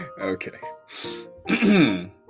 Okay